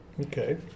Okay